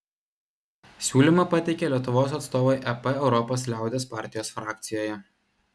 siūlymą pateikė lietuvos atstovai ep europos liaudies partijos frakcijoje